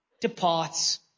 departs